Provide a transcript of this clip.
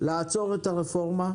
לעצור את הרפורמה,